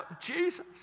Jesus